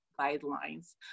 guidelines